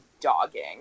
dogging